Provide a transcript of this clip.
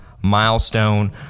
milestone